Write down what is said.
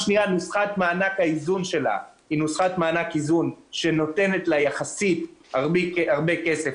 נוסחת מענק האיזון שלה היא נוסחת מענק איזון שנותנת לה יחסית הרבה כסף,